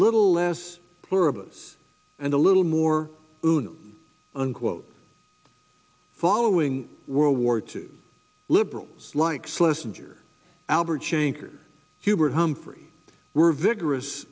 little less pluribus and a little more soon unquote following world war two liberals likes lessons or albert shanker hubert humphrey were vigorous